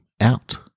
out